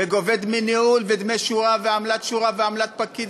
וגובה דמי ניהול ודמי שורה ועמלת שורה ועמלת פקיד